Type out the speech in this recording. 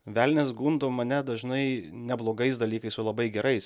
velnias gundo mane dažnai ne blogais dalykais o labai gerais